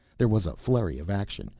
there was a flurry of action,